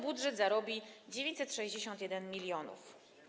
Budżet zarobi netto 961 mln.